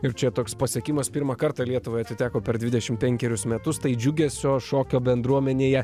ir čia toks pasiekimas pirmą kartą lietuvai atiteko per dvidešim penkerius metus tai džiugesio šokio bendruomenėje